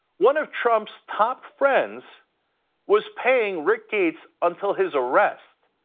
one of trump's top friends was paying rick gates until his arrest